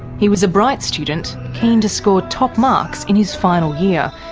he was a bright student, keen to score top marks in his final year,